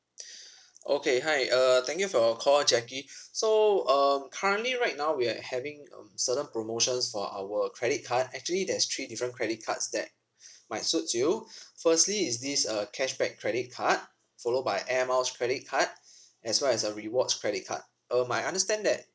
okay hi uh thank you for your call jackie so um currently right now we are having um certain promotions for our credit card actually there's three different credit cards that might suits you firstly is this uh cashback credit card followed by air miles credit card as well as uh rewards credit card uh my understand that